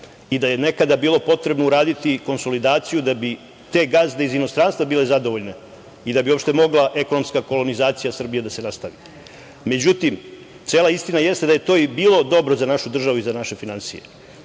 i da je nekada bilo potrebno uraditi konsolidaciju da bi te gazde iz inostranstva bile zadovoljne i da uopšte mogla ekonomska kolonizacija Srbije da se nastavi.Međutim, cela istina jeste da je to i bilo dobro za našu državu i za naše finansije,